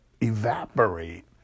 evaporate